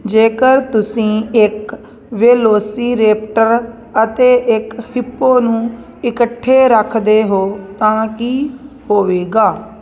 ਜੇਕਰ ਤੁਸੀਂ ਇੱਕ ਵੇਲੋਸੀਰੇਪਟਰ ਅਤੇ ਇੱਕ ਹਿੱਪੋ ਨੂੰ ਇਕੱਠੇ ਰੱਖਦੇ ਹੋ ਤਾਂ ਕੀ ਹੋਵੇਗਾ